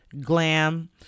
glam